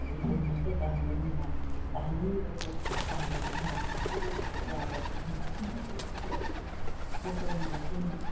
ꯑꯗꯒꯤ ꯄꯨꯝ ꯃꯛꯇ ꯀꯥꯟꯕꯒꯨꯝꯕ ꯇꯥꯍꯟꯅꯤꯡꯉꯤꯕ ꯄꯣꯠꯇꯣ ꯍꯦꯛ ꯇꯥꯗꯕꯒꯨꯝꯕ ꯍꯟꯇꯣꯛꯎꯕꯁꯨ ꯍꯦꯛ ꯌꯥꯗꯕꯒꯨꯝꯕ ꯁꯨꯝꯕꯁꯦ ꯌꯥꯝ ꯊꯣꯛꯑꯦ ꯊꯣꯛꯄꯅꯤꯅ ꯑꯩꯈꯣꯏꯅ